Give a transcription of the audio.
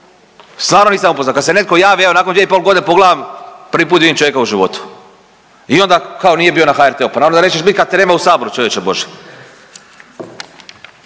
stvarno nisam upoznao, kad se netko javi evo nakon 2.5.g. pogledam, prvi put vidim čovjeka u životu i onda kao nije bio na HRT-u, pa naravno da nećeš bit kad te nema u saboru čovječe božji.